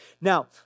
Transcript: Now